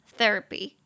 Therapy